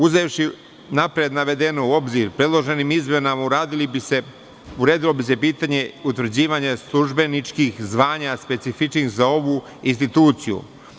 Uzevši napred navedeno u obzir, predloženim izmenama uredilo bi se pitanje utvrđivanja službeničkih zvanja, specifičnih za ovu instituciju.